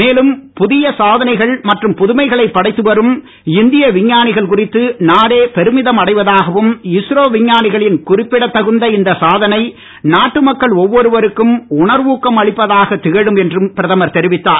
மேலும் மேலும் புதிய சாதனைகள் மற்றும் புதுமைகளை படைத்து வரும் இந்திய விஞ்ஞானிகள் குறித்து நாடே பெறுமிதம் அடைவதாகவும் இஸ்ரோ விஞ்ஞானிகளின் குறிப்பிட தகுந்த இந்த சாதனை நாட்டு மக்கள் ஒவ்வொருவருக்கும் உணர்வுக்கம் அளிப்பதாக திகழும் என்றும் பிரதமர் தெரிவித்துள்ளார்